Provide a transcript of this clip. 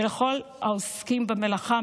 ולכל העוסקים במלאכה.